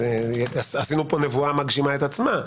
עשינו פה נבואה המגשימה את עצמה.